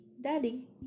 Daddy